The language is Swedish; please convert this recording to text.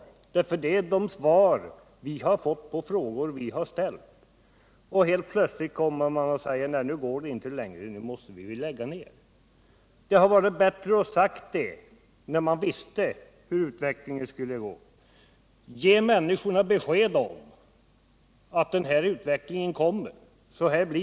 Det är de svar vi fått på frågor vi ställt. Helt plötsligt kommer man sedan och säger: Nej, nu går det inte längre, nu måste vi lägga ned. Det hade varit bättre att på ett tidigt stadium, när man visste vad utvecklingen skulle leda, ge människorna besked om detta och tala om att så kommer det att bli.